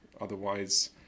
otherwise